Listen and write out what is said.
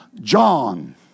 John